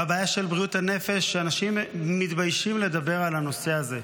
הבעיה של בריאות הנפש היא שאנשים מתביישים לדבר על הנושא הזה.